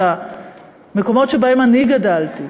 את המקומות שבהם אני גדלתי,